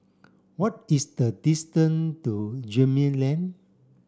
what is the distance to Gemmill Lane